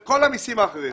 כל המסים האחרים.